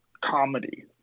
comedy